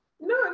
No